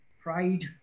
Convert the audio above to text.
pride